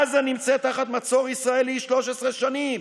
עזה נמצאת תחת מצור ישראלי 13 שנים.